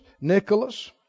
Nicholas